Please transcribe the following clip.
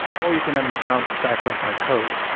or you can have an account that's backed up by code.